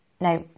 Now